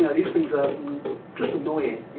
yeah these things are just annoying.